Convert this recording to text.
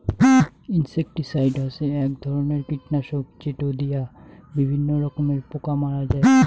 insecticide হসে এক ধরণের কীটনাশক যেটো দিয়া বিভিন্ন রকমের পোকা মারা হই